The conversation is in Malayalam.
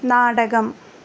നാടകം